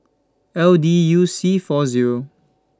L D U C four Zero